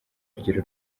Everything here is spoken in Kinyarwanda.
urugero